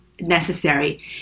necessary